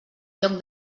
lloc